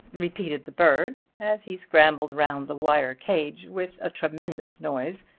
repeated the bird as he scrambled round the wire cage with a tremendous noise,